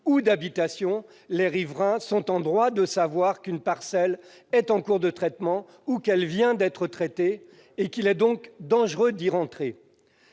d'habitations, les riverains sont en droit de savoir qu'une parcelle est en cours de traitement ou qu'elle vient d'être traitée et qu'il est donc dangereux d'y pénétrer.